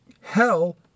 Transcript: hell